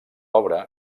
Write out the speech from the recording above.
obra